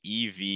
ev